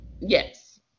Yes